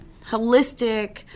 holistic